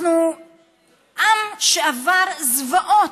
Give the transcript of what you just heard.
אנחנו עם שעבר זוועות,